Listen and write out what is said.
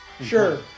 Sure